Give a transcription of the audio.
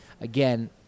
again